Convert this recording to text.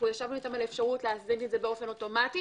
ישבנו אתם על האפשרות להזין את זה באופן אוטומטי